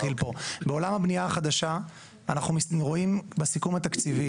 בעולם הבנייה החדשה אנחנו רואים בסיכום התקציבי,